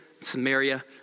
Samaria